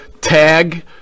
Tag